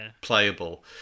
playable